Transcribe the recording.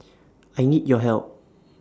I need your help